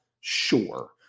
Sure